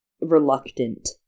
reluctant